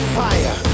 fire